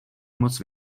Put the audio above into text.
moc